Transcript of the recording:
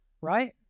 Right